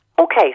Okay